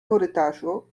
korytarzu